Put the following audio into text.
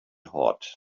hot